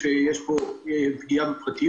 ששב"כ לא אמור לטפל באירוע מהסוג הזה,